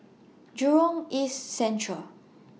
Jurong East Central